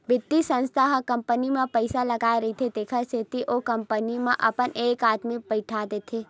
बित्तीय संस्था ह कंपनी म पइसा लगाय रहिथे तेखर सेती ओ कंपनी म अपन एक आदमी बइठा देथे